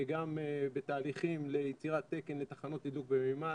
גם בתהליכים ליצירת תקן לתחנות תדלוק במימן.